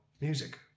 music